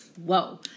whoa